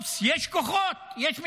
ואופס, יש כוחות, יש משטרה.